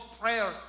prayer